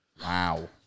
Wow